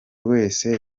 wese